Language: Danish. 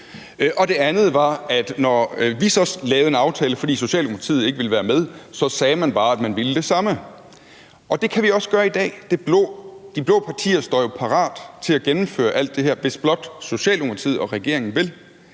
og det andet var, at når vi så lavede en aftale, fordi Socialdemokratiet ikke ville være med, så sagde man bare, at man ville det samme. Og det kan vi også gøre i dag. De blå partier står jo parat til at gennemføre alt det her, hvis blot Socialdemokratiet og regeringen vil.